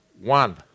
One